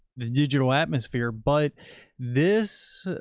the digital atmosphere. but this,